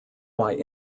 why